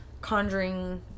conjuring